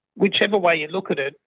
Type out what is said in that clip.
whichever way you look at it,